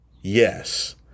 Yes